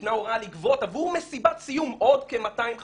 ניתנה הוראה לגבות עבור מסיבת סיום עוד כ-250 שקלים,